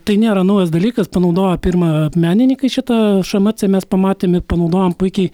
tai nėra naujas dalykas panaudojo pirma menininkai šitą šmc mes pamatėme panaudojom puikiai